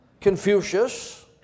Confucius